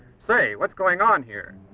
say, what's going on here?